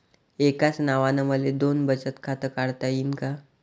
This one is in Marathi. एकाच नावानं मले दोन बचत खातं काढता येईन का?